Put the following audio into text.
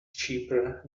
cheaper